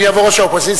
אם יבוא ראש האופוזיציה,